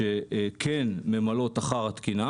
שכן ממלאות אחר התקינה